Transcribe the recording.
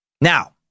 Now